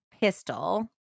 pistol